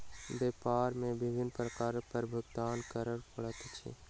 व्यापार मे विभिन्न प्रकारक कर भुगतान करय पड़ैत अछि